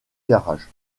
garage